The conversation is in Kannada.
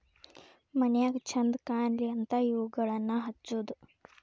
ಮನ್ಯಾಗ ಚಂದ ಕಾನ್ಲಿ ಅಂತಾ ಇವುಗಳನ್ನಾ ಹಚ್ಚುದ